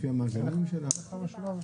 לפי המאזינים שלה?